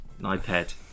iPad